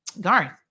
Garth